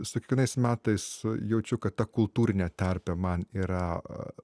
su kiekvienais metais jaučiu kad ta kultūrinė terpė man yra